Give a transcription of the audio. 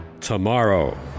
Tomorrow